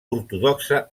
ortodoxa